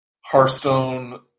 Hearthstone